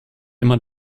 immer